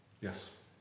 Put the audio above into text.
yes